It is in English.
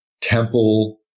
temple